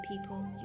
people